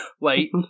Wait